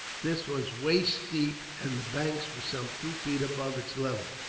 this was waist deep, and the banks were some two feet above its level.